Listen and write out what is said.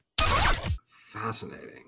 Fascinating